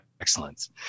excellence